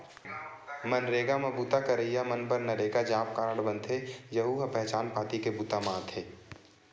मनरेगा म बूता करइया मन बर नरेगा जॉब कारड बनथे, यहूं ह पहचान पाती के बूता म आथे